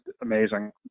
amazing